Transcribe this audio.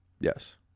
Yes